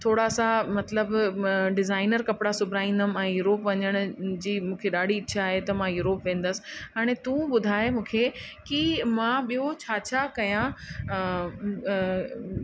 थोरा सां मतलबु डिज़ाइनर कपिड़ा सिबाईंदमि ऐं यूरोप वञण जी मूंखे ॾाढी इच्छा आहे त मां यूरोप वेंदसि हाणे तूं ॿुधाए मूंखे की मां ॿियों छा छा कयां